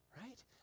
right